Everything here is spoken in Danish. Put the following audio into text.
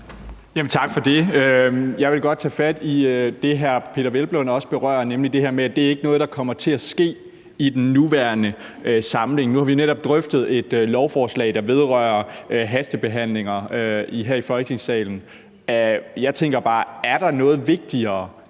Tak for det. Jeg vil godt tage fat i det, hr. Peder Hvelplund også berører, nemlig det her med, at det ikke er noget, der kommer til at ske i den nuværende samling. Nu har vi netop drøftet et lovforslag, der vedrører hastebehandlinger her i Folketingssalen. Jeg tænker